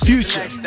Future